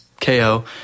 KO